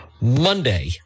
Monday